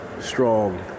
strong